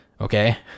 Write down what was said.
Okay